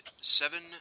Seven